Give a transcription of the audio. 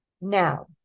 Now